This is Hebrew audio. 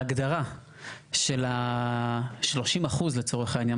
ההגדרה של ה-30% לצורך העניין,